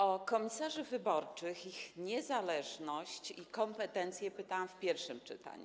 O komisarzy wyborczych, ich niezależność i kompetencje pytałam w pierwszym czytaniu.